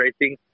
racing